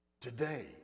today